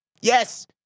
yes